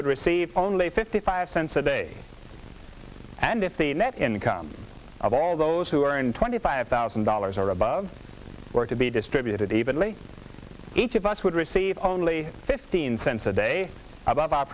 would receive only fifty five cents a day and if the net income of all those who earn twenty five thousand dollars or above work to be distributed evenly each of us would receive only fifteen cents a day above our